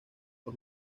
los